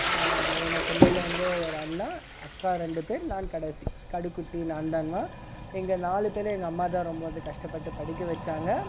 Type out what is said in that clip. நான் எனக்கு மேலே வந்து ஒரு அண்ணா அக்கா ரெண்டு பேர் நான் கடைசி கடைக்குட்டி நான்தாம்மா எங்கள் நாலு பேரை எங்கள் அம்மா தான் ரொம்ப வந்து கஷ்டப்பட்டு படிக்க வச்சாங்க